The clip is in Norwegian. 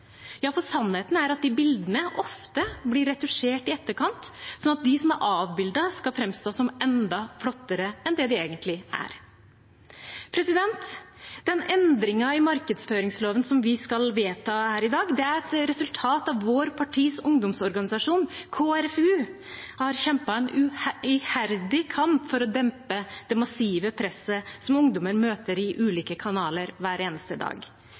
Ja, for sannheten er at de bildene ofte blir retusjert i etterkant, sånn at de som er avbildet, skal framstå som enda flottere enn det de egentlig er. Den endringen i markedsføringsloven som vi skal vedta i dag, er et resultat av at vårt partis ungdomsorganisasjon Kristelig Folkepartis Ungdom har kjempet en iherdig kamp for å dempe det massive presset som ungdommen møter i ulike kanaler hver eneste dag.